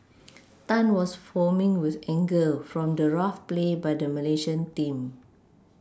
Tan was foaming with anger from the rough play by the Malaysian team